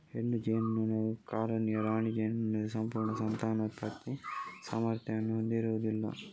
ಹೆಣ್ಣು ಜೇನುನೊಣವು ಕಾಲೋನಿಯ ರಾಣಿ ಜೇನುನೊಣದ ಸಂಪೂರ್ಣ ಸಂತಾನೋತ್ಪತ್ತಿ ಸಾಮರ್ಥ್ಯವನ್ನು ಹೊಂದಿರುವುದಿಲ್ಲ